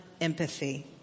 empathy